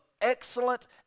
excellent